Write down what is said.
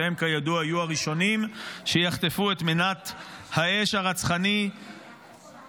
שהם כידוע יהיו הראשונים שיחטפו את מנת האש הרצחני מהמפלצת